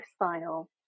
lifestyle